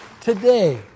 today